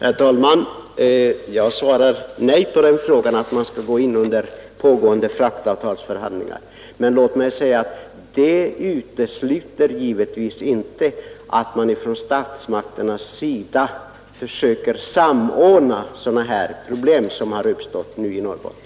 Herr talman! Jag svarar nej på frågan om man skall gå in under pågående fraktavtalsförhandlingar. Men det utesluter givetvis inte att statsmakterna försöker samordna så att man kan undvika sådana problem som nu har uppstått i Norrbotten.